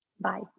Bye